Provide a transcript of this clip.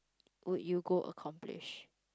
would you go accomplish